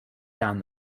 down